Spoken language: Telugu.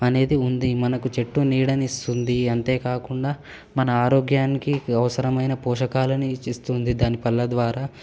అనేది ఉంది మనకు చెట్టు నీడనిస్తుంది అంతే కాకుండా మన ఆరోగ్యానికి అవసరమైన పోషకాలని ఇస్తుంది దాని పళ్ళ ద్వారా